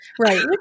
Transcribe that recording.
Right